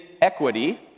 equity